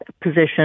position